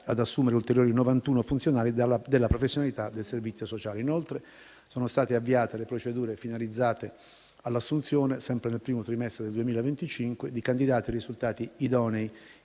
ad assumere ulteriori 91 funzionari della professionalità del servizio sociale. Inoltre, sono state avviate le procedure finalizzate all'assunzione, sempre nel primo trimestre del 2025, di candidati risultati idonei